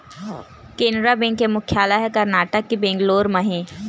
Canara bank के मुख्यालय ह करनाटक के बेंगलोर म हे